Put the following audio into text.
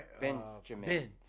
Benjamin